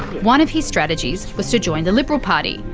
one of his strategies was to join the liberal party.